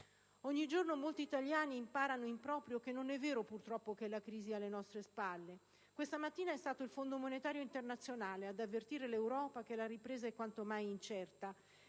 Ogni giorno molti italiani imparano in proprio che non è vero, purtroppo, che la crisi è alle nostre spalle. Questa mattina è stato il Fondo monetario internazionale ad avvertire l'Europa che la ripresa è quantomai incerta